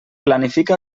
planifica